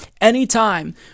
Anytime